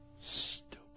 Stupid